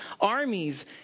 armies